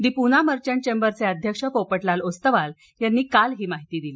दि पुना मर्चटस् चेंबरचे अध्यक्ष पोपटलाल ओस्तवाल यांनी काल ही माहिती दिली